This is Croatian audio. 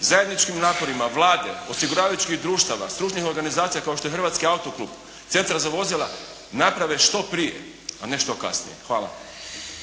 zajedničkim naporima Vlade, osiguravajućih društava, stručnih organizacija kao što je Hrvatski autoklub, centra za vozila naprave što prije a ne što kasnije. Hvala.